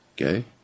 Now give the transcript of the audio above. Okay